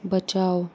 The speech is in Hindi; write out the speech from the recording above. बचाओ